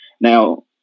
Now